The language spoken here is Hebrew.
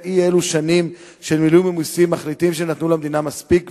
אי-אלו שנים של מילואים ומסים מחליטים שהם נתנו למדינה מספיק,